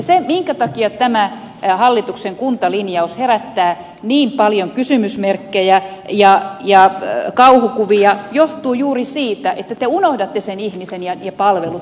se että tämä hallituksen kuntalinjaus herättää niin paljon kysymysmerkkejä ja kauhukuvia johtuu juuri siitä että te unohdatte sen ihmisen ja palvelut